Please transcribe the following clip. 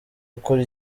ukora